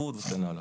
החשבות וכן הלאה.